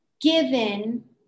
given